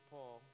Paul